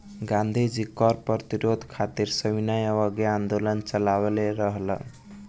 गांधी जी कर प्रतिरोध खातिर सविनय अवज्ञा आन्दोलन चालवले रहलन